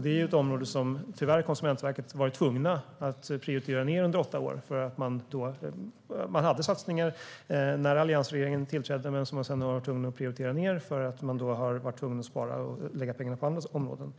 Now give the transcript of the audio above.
Det är ett område som man från Konsumentverket tyvärr har varit tvungen att prioritera ned under åtta år. Man hade satsningar när alliansregeringen tillträdde, men dem var man tvungen att prioritera ned eftersom man har varit tvungen att spara och lägga pengarna på andra områden.